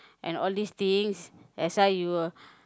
and all this thing that's why you will